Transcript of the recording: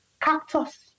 cactus